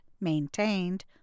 maintained